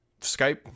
Skype